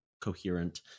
coherent